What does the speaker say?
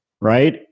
right